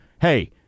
hey